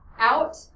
Out